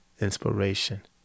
inspiration